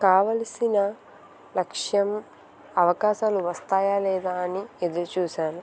కావలసిన లక్ష్యం అవకాశాలు వస్తాయా లేదా అని ఎదురు చూశాను